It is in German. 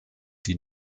die